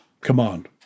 command